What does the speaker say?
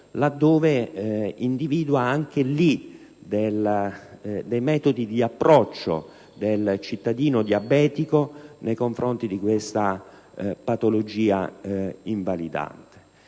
individua alcuni metodi di approccio del cittadino diabetico nei confronti di questa patologia invalidante.